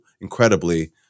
incredibly